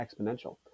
exponential